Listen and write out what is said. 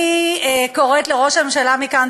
אני קוראת לראש הממשלה מכאן,